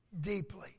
deeply